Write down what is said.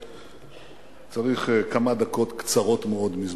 אני צריך כמה דקות קצרות מאוד מזמנכם,